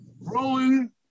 rolling